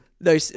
No